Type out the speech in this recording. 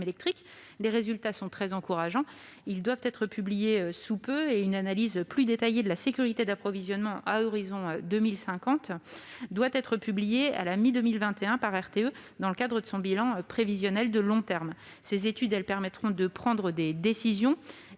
électrique. Les résultats sont très encourageants et doivent être publiés sous peu. Une analyse plus détaillée de la sécurité d'approvisionnement à l'horizon de 2050 doit être publiée à la mi-2021 par RTE, dans le cadre de son bilan prévisionnel de long terme. Ces études permettront de prendre des décisions